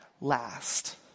last